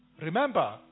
Remember